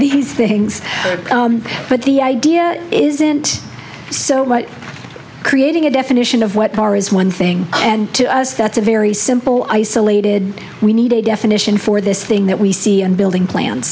these things but the idea isn't so what creating a definition of what are is one thing and to us that's a very simple isolated we need a definition for this thing that we see and building plan